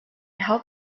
helped